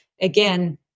again